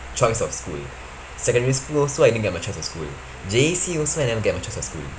choice of school secondary school also I didn't get my choice of school J_C also I never get my choice of school